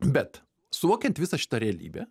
bet suvokiant visą šitą realybę